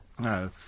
No